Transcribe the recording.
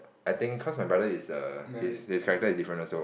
I think cause my brother is err his his character is different also